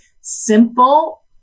simple